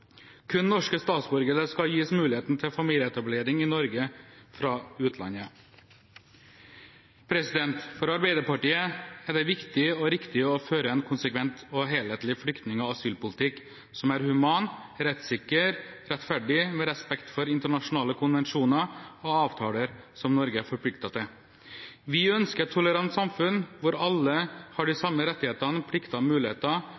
Kun norske statsborgere skal gis muligheten til familieetablering i Norge fra utlandet. For Arbeiderpartiet er det viktig og riktig å føre en konsekvent og helhetlig flyktning- og asylpolitikk som er human, rettssikker, rettferdig, og med respekt for internasjonale konvensjoner og avtaler som Norge har forpliktet seg til. Vi ønsker et tolerant samfunn, hvor alle har de samme rettigheter, plikter og muligheter